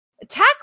attack